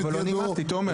אבל לא נימקתי, תומר.